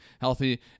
healthy